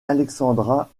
alexandra